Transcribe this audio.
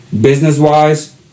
business-wise